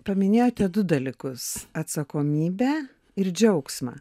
paminėjote du dalykus atsakomybę ir džiaugsmą